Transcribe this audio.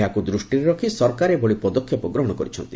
ଏହାକୁ ଦୃଷ୍ଟିରେ ରଖି ସରକାର ଏଭଳି ପଦକ୍ଷେପ ଗ୍ରହଣ କରିଛନ୍ତି